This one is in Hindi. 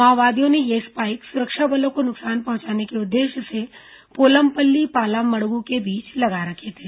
माओवादियों ने ये स्पाइक सुरक्षा बलों को नुकसान पहुंचाने के उद्देश्य से पोलमपल्ली पालामड़गु के बीच लगा रखे थे